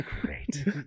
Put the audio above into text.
Great